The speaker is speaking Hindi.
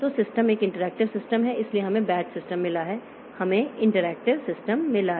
तो सिस्टम एक इंटरेक्टिव सिस्टम है इसलिए हमें बैच सिस्टम मिला है हमें इंटरेक्टिव सिस्टम मिला है